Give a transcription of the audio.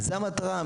וזו המטרה,